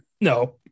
No